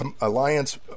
alliance